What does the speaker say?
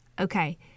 Okay